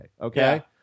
Okay